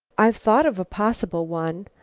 i've thought of a possible one.